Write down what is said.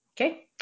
Okay